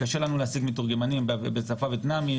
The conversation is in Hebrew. קשה לנו להשיג מתורגמנים בשפה הוויטנאמית,